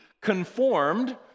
conformed